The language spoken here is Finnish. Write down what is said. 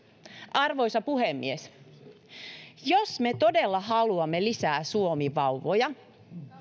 arvoisa puhemies jos me todella haluamme lisää suomivauvoja